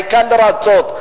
העיקר לרצות,